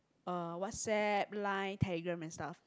uh WhatsApp line telegram and stuff